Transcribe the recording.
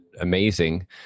amazing